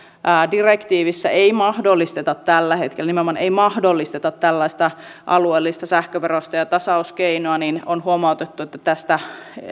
direktiivissä ei mahdollisteta tällä hetkellä nimenomaan ei mahdollisteta tällaista alueellista sähköverotusta ja tasauskeinoa ja on huomautettu että tästä